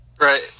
Right